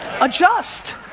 Adjust